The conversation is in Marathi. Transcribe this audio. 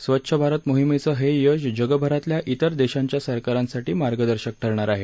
स्वच्छ भारत मोहीमेचं हे यश जगभरातल्या इतर देशांच्या सरकारांसाठी मार्गदर्शक ठरणारं आहे